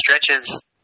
stretches